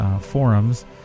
forums